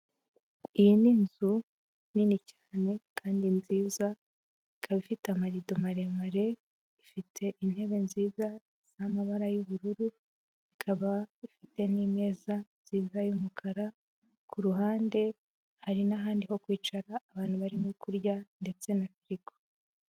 Iyi ni inzu nini cyane kandi nziza ikaba ifite amarido maremare, ifite intebe nziza z'amabara y'ubururu, ikaba ifite n'imeza nziza y'umukara, kuruhande hari n'ahandi ho kwicara, abantu barimo kurya ndetse na firigo.